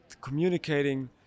communicating